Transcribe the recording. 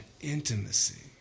intimacy